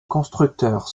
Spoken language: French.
constructeurs